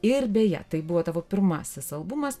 ir beje tai buvo tavo pirmasis albumas